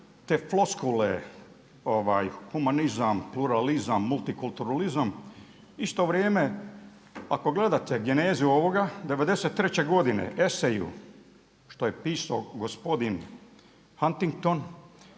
te floskule humanizam, pluralizam, multikulturalizam, isto vrijeme ako gledate genezu ovoga '93.godine eseju što je pisao gospodin Huntington